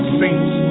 saints